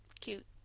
cute